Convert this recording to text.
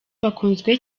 bakunzwe